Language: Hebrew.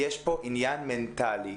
יש פה עניין מנטלי,